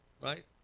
right